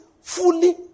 fully